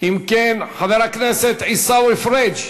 אם כן, חבר הכנסת עיסאווי פריג',